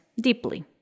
deeply